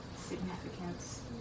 significance